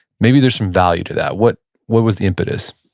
maybe there's some value to that? what what was the impetus?